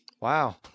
Wow